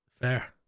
Fair